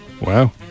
Wow